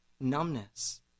numbness